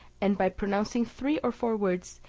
and by pronouncing three or four words,